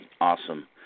Awesome